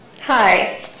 Hi